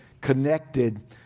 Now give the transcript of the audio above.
connected